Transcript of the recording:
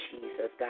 Jesus